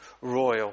royal